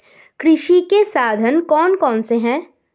कृषि के साधन कौन कौन से हैं?